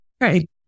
Right